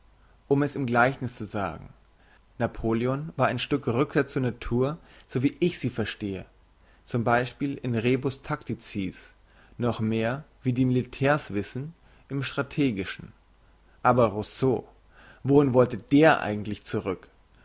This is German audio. um es im gleichniss zu sagen napoleon war ein stück rückkehr zur natur so wie ich sie verstehe zum beispiel in rebus tacticis noch mehr wie die militärs wissen im strategischen aber rousseau wohin wollte der eigentlich zurück